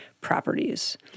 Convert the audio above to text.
properties